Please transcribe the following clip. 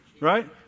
right